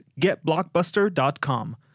getblockbuster.com